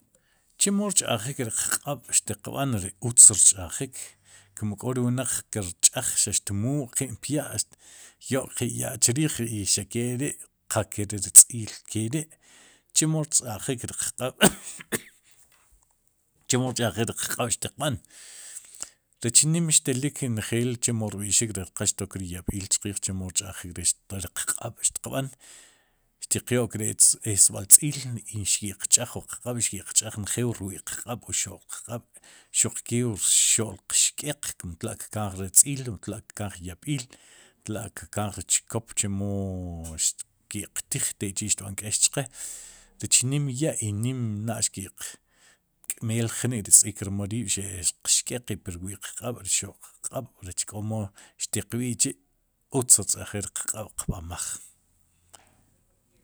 Chemo rch'jik riq q'aab'xtiq b'aan ri utz rch'ajik kum k'o ri wnaq kir ch'aaj xaq xtmuu qi'in pya' tyo'k qe ya'chrrij, i xaq keri'qa ke re ri tz'iil ke ri'chemo rch'ajik riq q'ab' chemo rcha'jik riq q'aab'xtiq b'aan rech nin xtelik njeel chemo rb'ixik rech qal xtok ri yab'iil chqiij chemo rch'ajik ixt ri q'aab' xtiq b'aan, xtiqyo'k ri esb'al tz'iil i ki'q ch'aaj wu q'aab i ki'qch'aaj njeel wu rwi'qq'aab' wu xo'l qq'ab' xuqke wu rxo'l qxk'eq kun tla'kkanj ri tz'iil ri yab'iil tla'kkaanj ri chkop chumoo xki'qtij tekchi'xtb'an k'eex chqe rech nim ya' i nim na'l xkiq k'meel jnik'ri sii kir mool riib' xe'qxk'eq i pirwi'qq'aab' xo'qq'aab' rech k'omo xtiq b'iij k'chi'utz rch'ajik riq q'aab'qb'anmaj.